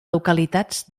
localitats